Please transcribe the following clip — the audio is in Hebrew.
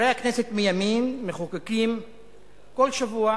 חברי הכנסת מימין מחוקקים כל שבוע